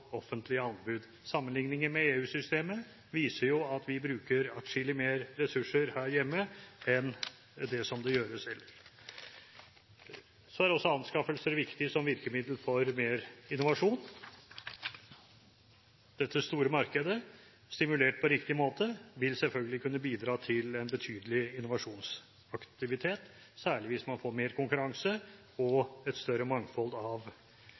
offentlige anbud. Sammenligninger med EU-systemet viser jo at vi bruker atskillig mer ressurser her hjemme enn det som gjøres ellers. Så er også anskaffelser viktig som virkemiddel for mer innovasjon. Dette store markedet – stimulert på riktig måte – vil selvfølgelig kunne bidra til betydelig innovasjonsaktivitet, særlig hvis man får mer konkurranse og et større mangfold av